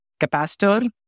capacitor